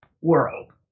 world